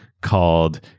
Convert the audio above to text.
called